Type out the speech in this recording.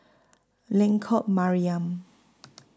Lengkok Mariam